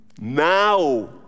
now